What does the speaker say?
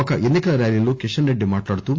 ఒక ఎన్పికల ర్యాలీలో కిషన్ రెడ్డి మాట్లాడుతూ